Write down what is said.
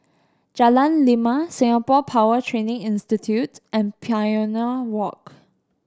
Jalan Lima Singapore Power Training Institute and Pioneer Walk